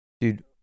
Dude